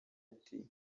ati